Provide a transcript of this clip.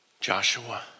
Joshua